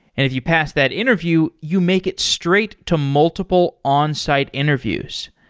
if you pass that interview, you make it straight to multiple on-site interviews.